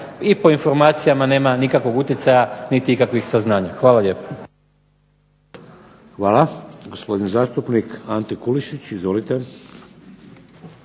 i po informacijama nema nikakvog utjecaja niti ikakvih saznanja. Hvala lijepo.